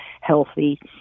healthy